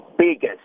Biggest